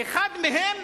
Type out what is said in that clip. אחד מהם